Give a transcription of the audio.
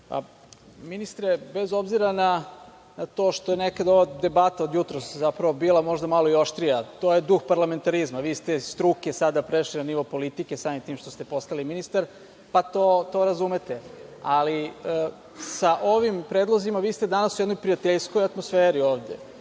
ministre, bez obzira što je ova debata od jutros možda bila malo i oštrija, to je duh parlamentarizma. Vi ste iz struke sada prešli na nivo politike samim tim što ste postali ministar, pa to razumete. Ali, sa ovim predlozima, vi ste danas u jednoj prijateljskoj atmosferi ovde.